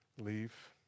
leave